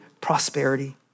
prosperity